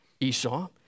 Esau